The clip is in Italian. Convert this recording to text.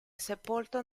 sepolto